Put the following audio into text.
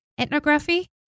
Ethnography